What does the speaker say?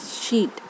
sheet